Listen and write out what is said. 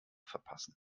verpassen